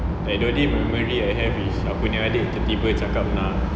like the only memory I have is aku punya adik tiba-tiba cakap nak